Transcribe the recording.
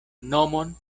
nomon